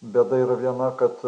bėda yra viena kad